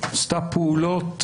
עשתה פעולות